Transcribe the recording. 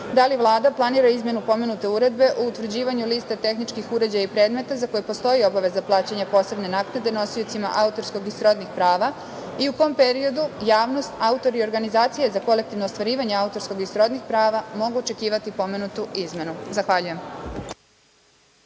da li Vlada planira izmenu pomenute Uredbe o utvrđivanju lista tehničkih uređaja i predmeta za koje postoji obaveza plaćanja posebne naknade nosiocima autorskog i srodnih prava i u kom periodu javnost, autori i organizacije za kolektivno ostvarivanje autorskog i srodnih prava mogu očekivati pomenutu izmenu? Zahvaljujem.